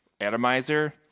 Atomizer